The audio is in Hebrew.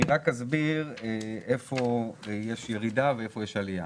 אני אסביר איפה יש ירידה ואיפה יש עליה.